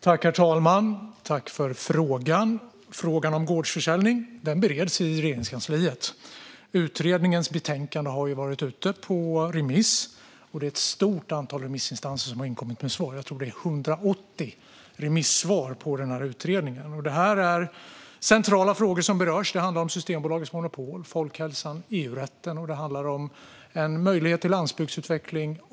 Herr talman! Tack för frågan, Fredrik Lundh Sammeli! Frågan om gårdsförsäljning bereds i Regeringskansliet. Utredningens betänkande har varit ute på remiss, och ett stort antal remissinstanser har inkommit med svar. Jag tror att det är 180 remissvar på den här utredningen. Det är centrala frågor som berörs. Det handlar om Systembolagets monopol, folkhälsan och EU-rätten.